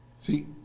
See